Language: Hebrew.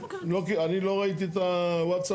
אני לא ראיתי את הווטסאפ,